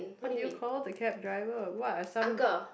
what do you call the cab driver what are some